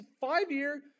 five-year